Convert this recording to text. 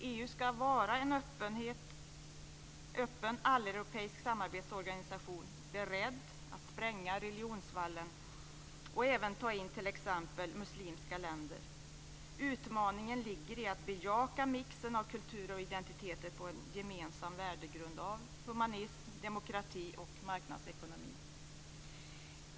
EU ska vara en öppen alleuropeisk samarbetsorganisation som är beredd att spränga religionsvallen och även ta in t.ex. muslimska länder. Utmaningen ligger i att bejaka mixen av kulturer och identiteter på en gemensam värdegrund av humanism, demokrati och marknadsekonomi.